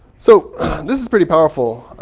so this is pretty powerful.